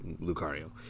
Lucario